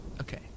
Okay